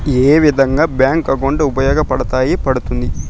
ఏ విధంగా bank account ఉపయోగపడతాయి పడ్తుంది